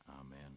Amen